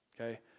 okay